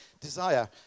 desire